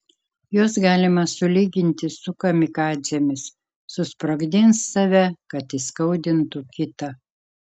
juos galima sulyginti su kamikadzėmis susprogdins save kad įskaudintų kitą